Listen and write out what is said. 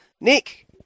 Nick